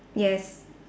yes